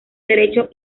derecho